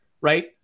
right